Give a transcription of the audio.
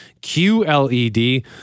QLED